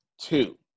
two